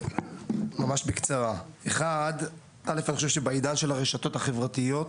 ממש בקצרה, א' בעידן של הרשתות החברתיות,